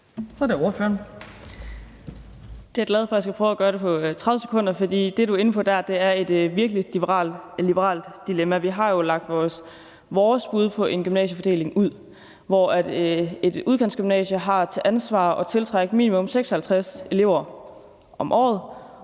Så er det ordføreren.